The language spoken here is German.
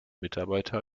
mitarbeiter